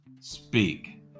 speak